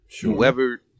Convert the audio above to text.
Whoever